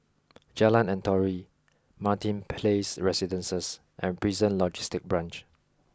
Jalan Antoi Martin Place Residences and Prison Logistic Branch